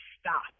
stop